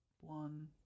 One